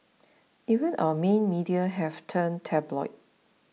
even our main media have turned tabloid